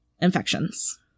infections